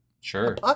Sure